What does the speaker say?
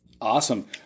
awesome